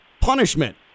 punishment